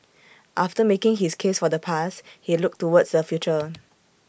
after making his case for the past he looked towards the future